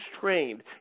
trained